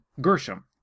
Gershom